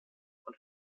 und